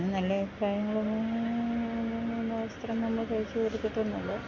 നല്ല അഭിപ്രായങ്ങളൊന്നും വസ്ത്രം തന്നെ തയിച്ച് കൊടുത്തിട്ടൊന്നുമില്ല